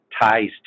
ties